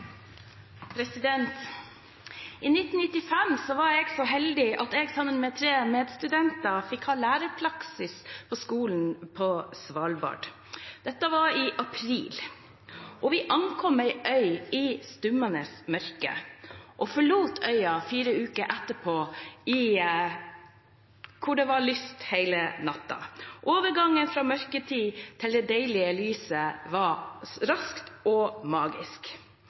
jeg så heldig at jeg sammen med tre medstudenter fikk ha lærerpraksis på skolen på Svalbard. Dette var i april. Vi ankom ei øy i stummende mørke og forlot øya fire uker etterpå, og da var det lyst hele natten. Overgangen fra mørketid til det deilige lyset var rask og magisk.